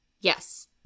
Yes